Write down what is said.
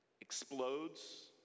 Explodes